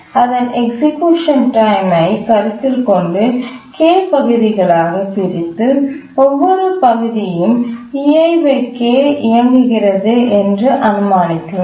அதன் எக்சிக்யூஷன் டைம்ஐ கருத்தில்கொண்டு k பகுதிகளாகப் பிரித்து ஒவ்வொரு பகுதியும் இயங்குகிறது என்று அனுமானிக்கலாம்